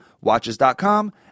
watches.com